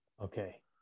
okay